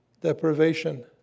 deprivation